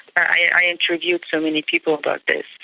i interviewed so many people about this,